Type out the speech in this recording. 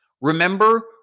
Remember